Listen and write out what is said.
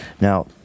Now